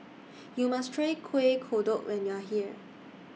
YOU must Try Kuih Kodok when YOU Are here